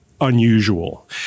unusual